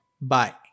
Bye